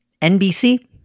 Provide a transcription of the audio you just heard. NBC